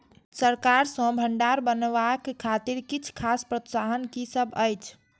सरकार सँ भण्डार बनेवाक खातिर किछ खास प्रोत्साहन कि सब अइछ?